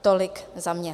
Tolik za mě.